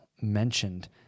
mentioned